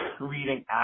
reading